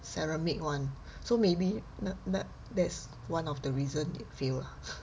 ceramic one so maybe th~ tha~ that's one of the reason it fail lah